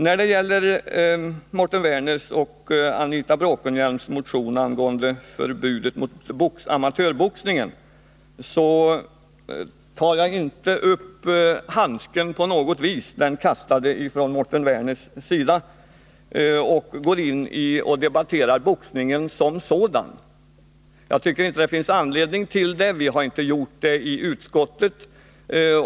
När det gäller Mårten Werners och Anita Bråkenhielms motion angående förbud mot amatörboxningen tar jag inte upp den av Mårten Werner kastade handsken och går alltså inte in och debatterar boxningen som sådan. Jag tycker inte att det finns någon anledning härtill, och vi har inte debatterat boxningen som sådan i utskottet.